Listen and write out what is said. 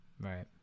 Right